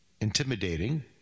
intimidating